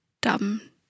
dumb